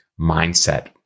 mindset